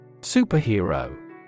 Superhero